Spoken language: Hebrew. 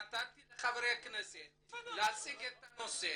נתתי לחברי הכנסת להציג את הנושא.